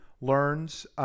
learns